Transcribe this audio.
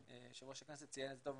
יו"ר הכנסת ציין את זה טוב,